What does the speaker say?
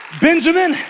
Benjamin